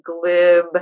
glib